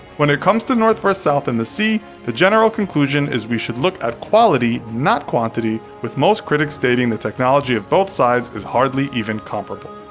when it comes to north vs. south in the sea, the general conclusion is we should look at quality, not quantity, with most critics stating the technology of both sides is hardly even comparable.